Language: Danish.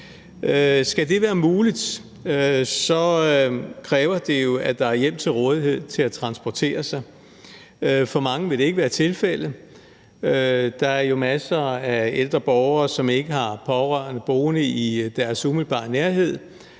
skal det være muligt, kræver det jo, at der er hjælp til rådighed til at transportere sig. For mange vil det ikke være tilfældet. Der er jo masser af ældre borgere, som ikke har pårørende boende i deres umiddelbare nærhed,